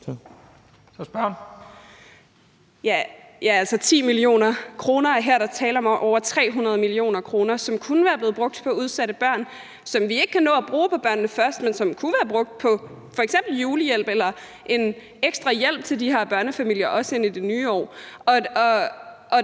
10 mio. kr. Men her er der tale om over 300 mio. kr., som kunne være blevet brugt på udsatte børn, og som vi ikke kan nå at bruge på »Børnene Først«, men som kunne have været brugt på f.eks. julehjælp eller en ekstra hjælp til de her børnefamilier også ind i det nye år.